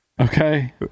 okay